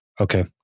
Okay